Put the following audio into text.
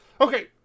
Okay